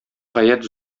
гаять